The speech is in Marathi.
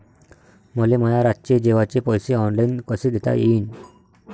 मले माया रातचे जेवाचे पैसे ऑनलाईन कसे देता येईन?